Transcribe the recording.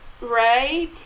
Right